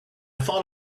thought